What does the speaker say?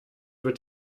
wird